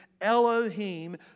Elohim